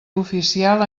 oficial